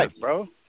bro